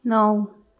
नौ